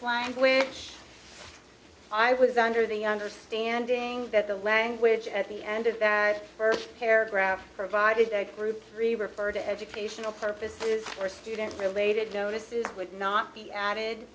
language i was under the understanding that the language at the end of the first paragraph provided a group three refer to educational purposes or student related notices would not be added